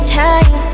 time